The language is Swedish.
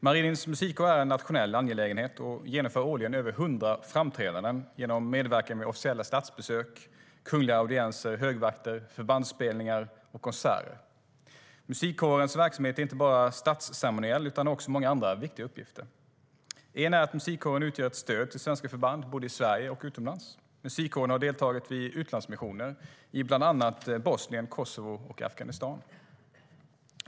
Marinens musikkår är en nationell angelägenhet och genomför årligen över 100 framträdanden genom medverkan vid officiella statsbesök, kungliga audienser, högvakter, förbandsspelningar och konserter. Musikkårens verksamhet är inte bara statsceremoniell, utan den har också många andra viktiga uppgifter. En är att musikkåren utgör ett stöd till svenska förband både i Sverige och utomlands. Musikkåren har deltagit vid utlandsmissioner i bland annat Bosnien, Kosovo och Afghanistan.